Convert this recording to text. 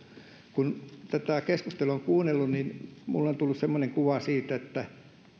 kun tätä keskustelua on kuunnellut minulle on tullut semmoinen kuva että